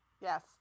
Yes